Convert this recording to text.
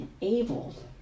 enabled